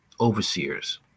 overseers